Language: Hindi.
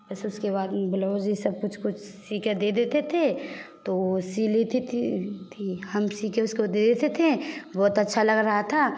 बस उसके बाद में ब्लाउज यह सब कुछ कुछ सीकर दे देते थे तो वह सी लेती थी हम सीकर उसको दे देते थे बहुत अच्छा लग रहा था